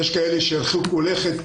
יש כאלה שהרחיקו לכת,